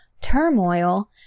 turmoil